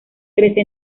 crece